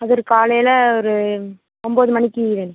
அது ஒரு காலையில ஒரு ஒம்பது மணிக்கு